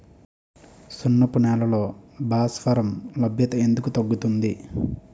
సున్నపు నేలల్లో భాస్వరం లభ్యత ఎందుకు తగ్గుతుంది?